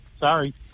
Sorry